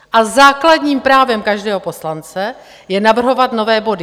A základním právem každého poslance je navrhovat nové body.